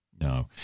no